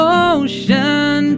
ocean